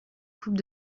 coupe